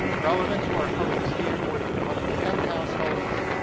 relevant to our focus here, more than one in ten households,